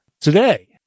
today